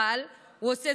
הוא עשה זאת בזהירות.